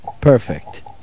perfect